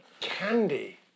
Candy